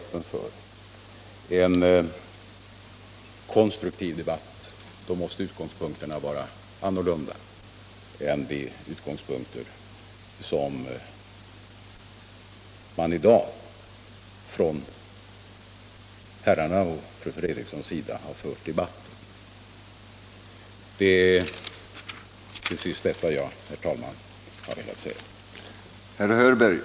Skall vi föra en konstruktiv debatt — och det är jag öppen för — måste utgångspunkterna vara annorlunda än de som herrarna och fru Fredrikson i dag har haft för debatten.